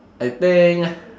I think